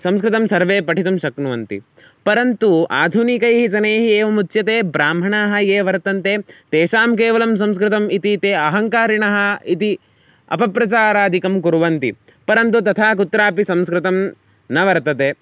संस्कृतं सर्वे पठितुं शक्नुवन्ति परन्तु आधुनिकैः जनैः एवमुच्यते ब्राह्मणाः ये वर्तन्ते तेषां केवलं संस्कृतम् इति ते अहङ्कारिणः इति अपप्रचारादिकं कुर्वन्ति परन्तु तथा कुत्रापि संस्कृतं न वर्तते